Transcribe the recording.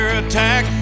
attack